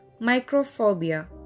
Microphobia